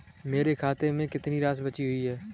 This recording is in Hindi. मेरे खाते में कितनी राशि बची हुई है?